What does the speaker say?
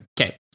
okay